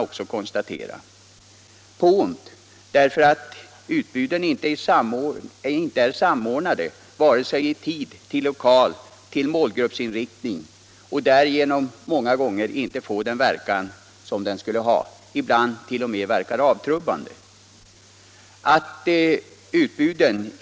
På ont, därför att utbuden inte är samordnade vare sig i tid, till lokal eller till målgruppsinriktning och därigenom många gånger inte får avsedd verkan. Ibland förefaller de t.o.m. vara avtrubbande.